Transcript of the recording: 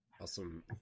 Awesome